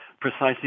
precisely